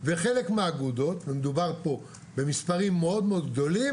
וחלק מאגודות ומדובר פה במספרים מאוד מאוד גדולים